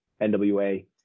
NWA